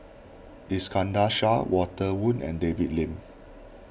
Iskandar Shah Walter Woon and David Lim